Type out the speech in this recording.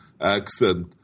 accent